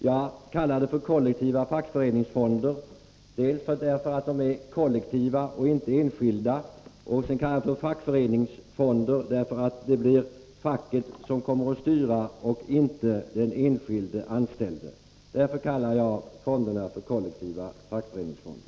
Jag kallar dem kollektiva fackföreningsfonder — kollektiva därför att de är kollektiva och inte enskilda, fackföreningsfonder därför att det blir facket som kommer att styra och inte den enskilde. Därför kallar jag alltså fonderna kollektiva löntagarfonder.